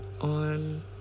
on